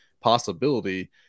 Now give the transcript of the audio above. possibility